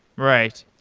right.